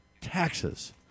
taxes